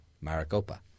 Maricopa